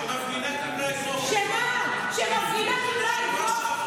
כשמפגינה קיבלה אגרוף, שמה, שמפגינה קיבלה אגרוף?